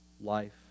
Life